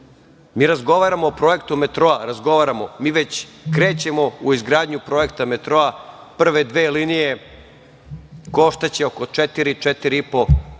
razgovaramo o projektu metroa. Razgovaramo. Mi već krećemo u izgradnju projekta metroa. Prve dve linije koštaće oko četiri, četiri